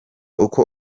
uko